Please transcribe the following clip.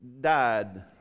died